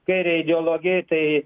kairiąją ideologiją tai